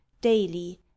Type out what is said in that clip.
daily